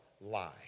lie